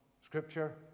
scripture